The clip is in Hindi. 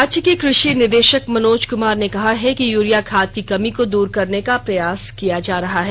राज्य के कृषि निदेषक मनोज कुमार ने कहा है कि यूरिया खाद की कमी को दूर करने का प्रयास किया जा रहा है